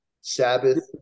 Sabbath